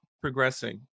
progressing